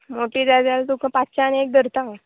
मोटीं जाय जाल्यार तुका पांचशान एक धरता